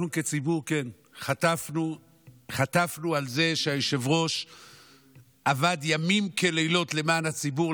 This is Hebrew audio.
אנחנו כציבור חטפנו על זה שהיושב-ראש עבד ימים כלילות למען הציבור,